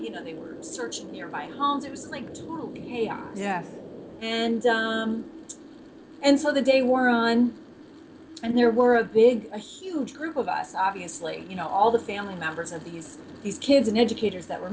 you know they were searching nearby homes it was like oh yes and and so the day wore on and there were a big a huge group of us obviously you know all the family members of these these kids and educators that were